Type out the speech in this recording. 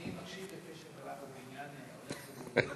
אני מקשיב בקשב רב ובעניין הולך וגובר.